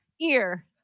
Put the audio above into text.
ear